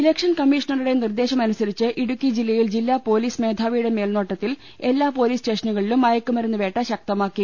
election കമ്മീഷണറുടെ നിർദേശമനുസരിച്ച് ഇടുക്കി ജില്ലയിൽ ജില്ലാ പൊലീസ് മേധാവിയുടെ മേൽനോട്ടത്തിൽ എല്ലാ പൊലീസ് സ്റ്റേഷനുകളിലും മയക്കുമരുന്ന് വേട്ട ശക്തമാക്കി